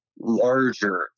larger